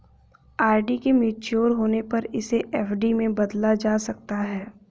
RD के mature होने पर इसे एफ.डी में बदला जा सकता है